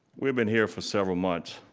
we have been here for several months,